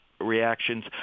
reactions –